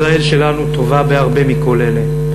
ישראל שלנו טובה בהרבה מכל אלה.